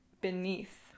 beneath